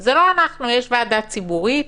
זה לא אנחנו, יש ועדה ציבורית,